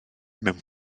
mewn